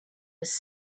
was